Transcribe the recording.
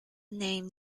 name